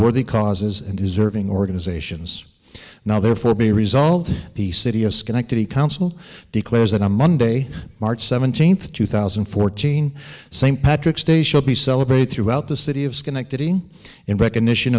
worthy causes and deserving organizations now therefore be resolved to the city of schenectady council declares that on monday march seventeenth two thousand and fourteen st patrick's day shall be celebrated throughout the city of schenectady in recognition